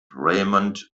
raymond